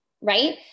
right